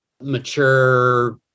mature